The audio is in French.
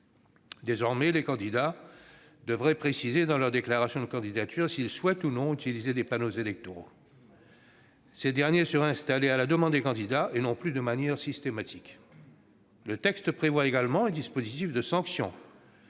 Désormais, les candidats devraient préciser dans leur déclaration de candidature s'ils souhaitent ou non utiliser des panneaux électoraux. Ces derniers seraient installés à la demande des candidats, et non plus de manière systématique. Le texte prévoit également des sanctions